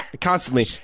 constantly